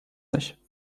nicht